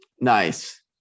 nice